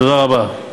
תודה רבה,